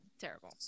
terrible